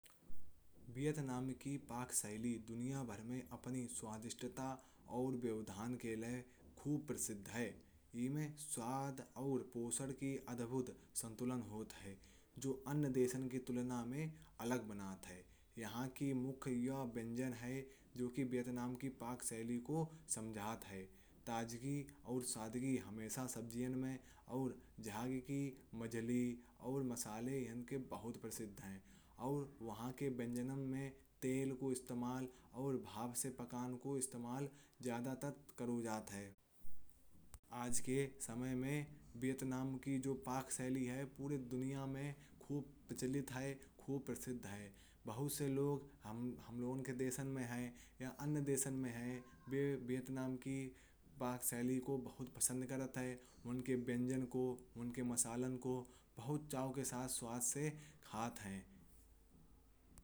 वियतनाम की पाक शैली दुनिया भर में अपनी स्वादिष्टता और व्यवहार के लिए खूब प्रसिद्ध है। इनमें श्रद्धा और पोषण का अद्भुत संतुलन होता है। जो अन्य देशों की तुलना में अलग बनाता है। यहाँ के मुख्य यह व्यंजन हैं जो कि वियतनाम की पाक शैली का समर्थन करते हैं। ताज़गी और सादगी हमेशा सब्जियों में और झझ की मछली और मसालों में बहुत प्रसिद्ध हैं। और वहाँ के व्यंजनों में तेल का इस्तेमाल और भाप से पकाने का इस्तेमाल ज्यादातर किया जाता है। आज के समय में वियतनाम की जो पाक शैली है पूरी दुनिया में खूब प्रचलित है। खूब प्रसिद्ध है बहुत से लोग हैं हमारे देश में या अन्य देशों में। जो वियतनाम की पाक शैली को बहुत पसंद करते हैं उनके व्यंजनों को। उनके मसालों को बहुत चाह के साथ स्वाद से खाते हैं।